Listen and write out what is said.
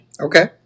Okay